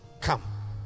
come